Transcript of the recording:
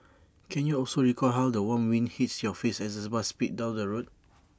can you also recall how the warm wind hits your face as the bus speeds down the road